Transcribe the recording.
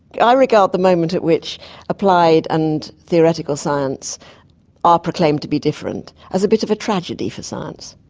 i regard the moment at which applied and theoretical science are proclaimed to be different as a bit of a tragedy for science.